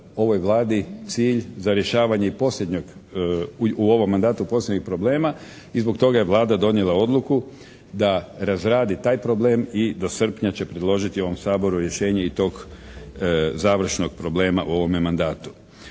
ovoj Vladi cilj za rješavanje i posljednjeg u ovom mandatu posljednjih problema. I zbog toga je Vlada donijela odluku da razradi taj problem i do srpnja će priložiti ovom Saboru rješenje i tog završnog problema u ovome mandatu.